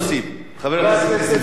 חבר הכנסת נסים זאב.